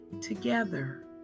together